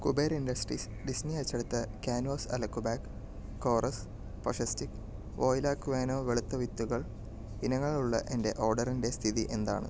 Kuber industries Disney അച്ചടിത്ത canvas അലക്കു bag കോറെസ് പശസ്റ്റിക്ക് വോയില ക്വിനോവ് വെളുത്ത വിത്തുകൾ ഇനങ്ങൾ ഉള്ള എന്റെ ഓർഡറിന്റെ സ്ഥിതി എന്താണ്